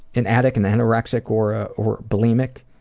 an addict, an anorexic or ah or bulimic,